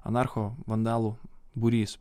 monarcho vandalų būrys